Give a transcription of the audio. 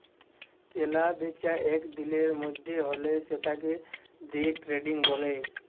কেলা বেচা এক দিলের মধ্যে হ্যলে সেতাকে দে ট্রেডিং ব্যলে